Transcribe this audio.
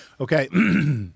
Okay